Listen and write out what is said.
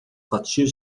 fatias